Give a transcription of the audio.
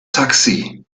taxi